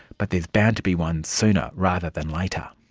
but there's bound to be one sooner rather than later.